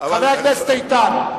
חבר הכנסת איתן,